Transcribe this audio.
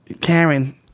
Karen